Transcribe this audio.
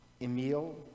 Emil